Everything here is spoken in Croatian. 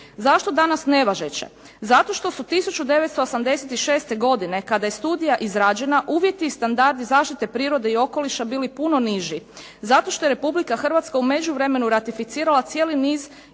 Zašto danas nevažeća? Zato što su 1986. godine kada je studija izrađena uvjeti i standardi zaštite prirode i okoliša bili puno niži, zato što je Republika Hrvatska u međuvremenu ratificirala cijeli niz